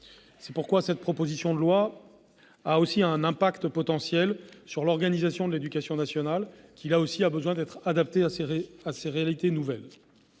C'est pourquoi cette proposition de loi aura un impact potentiel sur l'organisation de l'éducation nationale, qui doit s'adapter à ces réalités nouvelles.